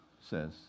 says